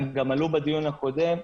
הם גם עלו בדיון הקודם,